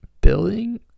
building